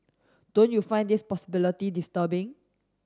don't you find these possibility disturbing